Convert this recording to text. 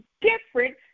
different